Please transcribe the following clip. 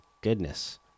goodness